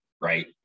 right